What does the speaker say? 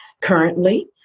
Currently